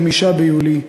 5 ביולי,